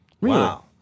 Wow